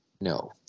No